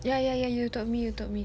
ya ya ya you told me you told me